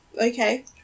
Okay